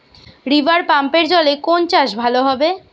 রিভারপাম্পের জলে কোন চাষ ভালো হবে?